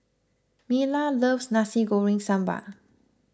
Myla loves Nasi Goreng Sambal